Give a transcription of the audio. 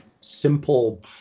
simple